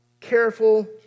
careful